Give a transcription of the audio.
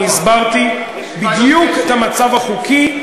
אני הסברתי בדיוק את המצב החוקי,